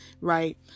right